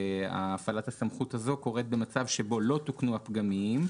שהפעלת הסמכות הזו קורית במצב שבו לא תוקנו הפגמים,